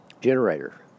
generator